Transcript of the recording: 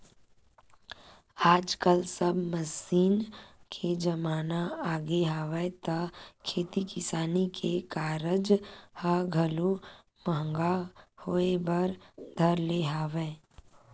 आजकल सब मसीन के जमाना आगे हवय त खेती किसानी के कारज ह घलो महंगा होय बर धर ले हवय